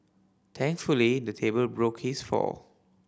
thankfully the table broke his fall